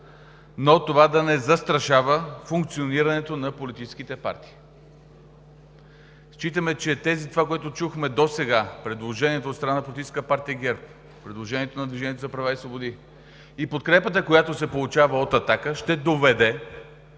но това да не застрашава функционирането на политическите партии. Считаме, че това, което чухме досега – предложението от страна на Политическа партия ГЕРБ, предложението на „Движението за права и свободи“ и подкрепата, която се получава от „Атака“, ще доведе